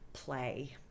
play